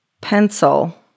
pencil